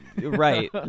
right